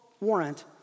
warrant